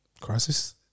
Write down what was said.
crisis